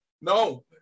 No